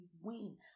win